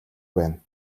байна